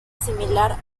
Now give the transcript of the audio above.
similar